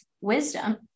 wisdom